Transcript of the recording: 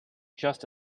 just